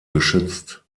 geschützt